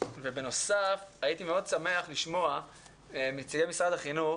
בנוסף הייתי מאוד שמח לשמוע את נציגי משרד החינוך.